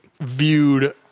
viewed